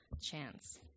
chance